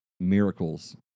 miracles